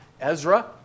Ezra